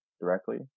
directly